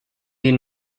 den